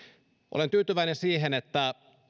olen tyytyväinen siihen että